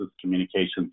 communications